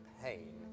pain